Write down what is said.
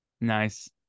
Nice